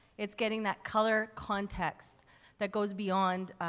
it's getting that colour context that goes beyond,